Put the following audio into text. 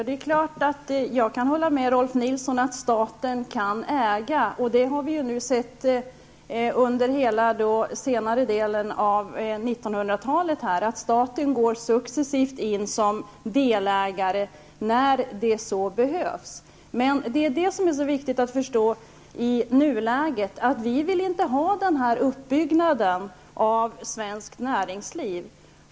Herr talman! Jag kan hålla med Rolf L Nilson om att staten kan äga. Vi har under hela den senare delen av 1900-talet sett staten successivt gå in som delägare när det så behövs. Men det är viktigt att förstå i nuläget att vi inte vill ha den uppbyggnaden av svenskt näringsliv.